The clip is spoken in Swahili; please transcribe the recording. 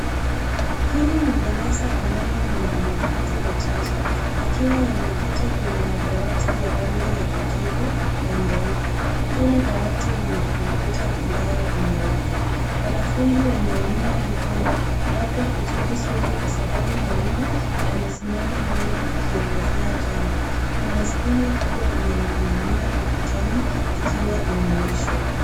Hili ni darasa ambalo lina wanafunzi wachache wakiwa wameketi kwenye madawati ya rangi ya kijivu na nyeupe. Kila dawati lina kompyuta ambayo imewaka. Wanafunzi wameinua mikono, labda kujibu swali kwa sababu mwalimu amesimama mbele akielezea jambo. Kuna skrini kubwa inayoning'inia ukutani ikiwa imewashwa.